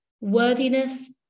Worthiness